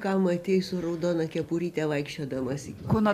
ką matei su raudona kepuryte vaikščiodamas kunotas